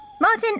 Martin